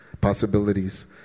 possibilities